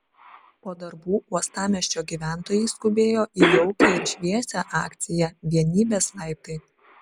po darbų uostamiesčio gyventojai skubėjo į jaukią ir šviesią akciją vienybės laiptai